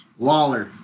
Waller